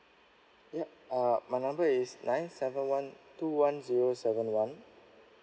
yup uh my number is nine seven one two one zero seven one